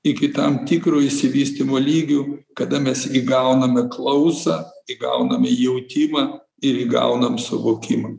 iki tam tikro išsivystymo lygiu kada mes įgauname klausą įgauname jautimą ir įgaunam suvokimą